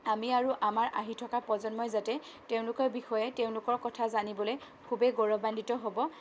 আমি আৰু আমাৰ আহি তথা প্ৰজন্মই যাতে তেওঁলোকৰ বিষয়ে তেওঁলোকৰ কথা জানিবলৈ খুবেই গৌৰৱান্বিত হ'ব